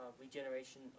regeneration